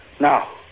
Now